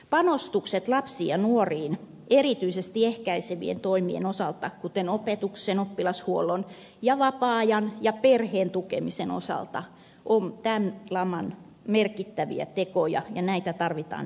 panostukset lapsiin ja nuoriin erityisesti ehkäisevien toimien osalta kuten opetuksen oppilashuollon ja vapaa ajan ja perheen tukemisen osalta ovat tämän laman merkittäviä tekoja ja näitä tarvitaan edelleen lisää